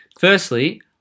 firstly